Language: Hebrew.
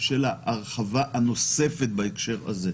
ההרחבה הנוספת בהקשר הזה.